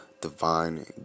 divine